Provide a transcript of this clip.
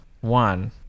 One